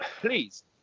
please